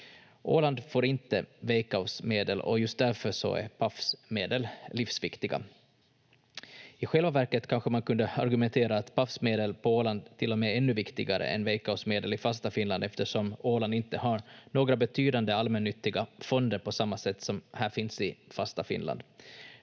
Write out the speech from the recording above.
Åland får inte Veikkaus-medel och just därför är Pafs medel livsviktiga. I själva verket kanske man kunde argumentera att Pafs medel på Åland till och med är ännu viktigare än Veikkaus medel i fasta Finland, eftersom Åland inte har några betydande allmännyttiga fonder på samma sätt som här finns i fasta Finland.